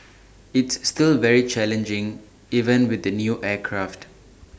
it's still very challenging even with the new aircraft